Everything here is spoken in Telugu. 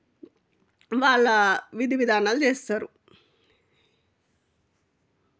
వాళ్ళ విధివిధానాలు చేస్తారు